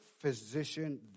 physician